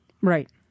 Right